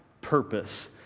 purpose